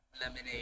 lemonade